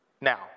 now